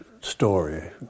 story